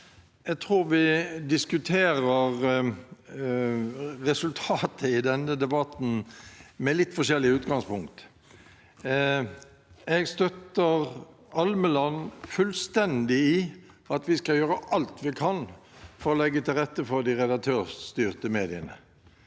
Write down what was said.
jeg tror vi diskuterer resultatet i denne debatten med litt forskjellig utgangspunkt. Jeg støtter Almeland fullstendig i at vi skal gjøre alt vi kan for å legge til rette for de redaktørstyrte mediene.